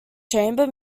chamber